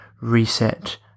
Reset